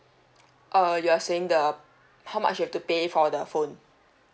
uh you're saying the how much you have to pay for the phone